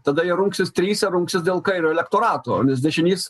tada jie rungsis tryse rungsis dėl kairio elektorato dešinys